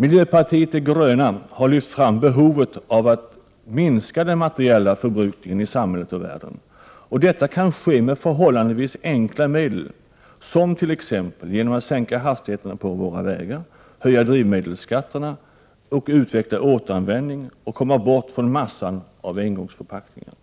Miljöpartiet de gröna har framhållit behovet av att minska den materiella förbrukningen i samhället och världen. Detta kan ske med förhållandevis enkla medel som t.ex. genom att sänka hastigheterna på våra vägar, höja drivmedelsskatterna, utveckla återanvändning och komma bort från massan av engångsförpackningar.